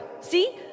See